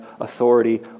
authority